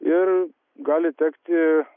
ir gali tekti